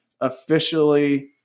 officially